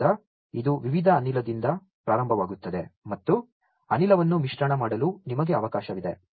ಆದ್ದರಿಂದ ಇದು ವಿವಿಧ ಅನಿಲದಿಂದ ಪ್ರಾರಂಭವಾಗುತ್ತದೆ ಮತ್ತು ಅನಿಲವನ್ನು ಮಿಶ್ರಣ ಮಾಡಲು ನಿಮಗೆ ಅವಕಾಶವಿದೆ